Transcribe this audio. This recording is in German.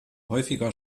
häufiger